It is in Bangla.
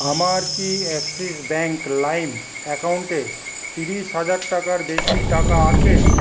আমার কি অ্যাক্সিস ব্যাঙ্ক লাইম অ্যাকাউন্টে ত্রিশ হাজার টাকার বেশি টাকা আছে